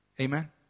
Amen